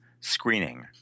screening